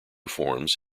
forms